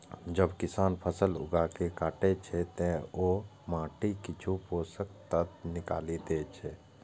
जब किसान फसल उगाके काटै छै, ते ओ माटिक किछु पोषक तत्व निकालि दै छै